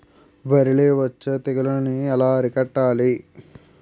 వరిలో వచ్చే తెగులని ఏలా అరికట్టాలి?